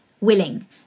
willing